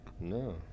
no